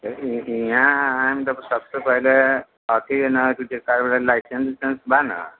तऽ इहाँ आइम तऽ सभसँ पहिले अथी हइ ने जे कारवला लाइसेंस उसेंस बनल